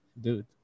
dude